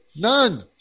none